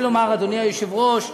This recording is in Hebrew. אדוני היושב-ראש,